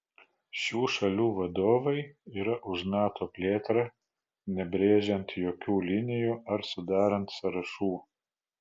šių šalių vadovai yra už nato plėtrą nebrėžiant jokių linijų ar sudarant sąrašų